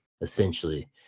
Essentially